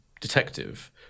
detective